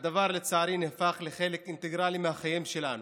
והדבר לצערי נהפך לחלק אינטגרלי מהחיים שלנו,